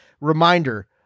reminder